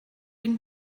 ein